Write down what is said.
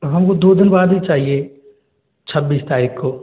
हमको दो दिन बाद ही चाहिए छब्बीस तारीख को